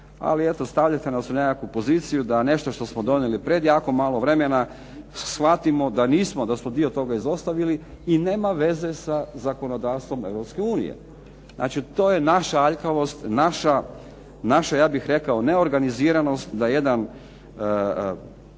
ali eto stavljate nas u nekakvu poziciju da nešto što smo donijeli pred jako malo vremena shvatimo da nismo, da smo dio toga izostavili i nema veze sa zakonodavstvom Europske unije. Znači, to je naša aljkavost, naša ja bih rekao neorganiziranost da jedan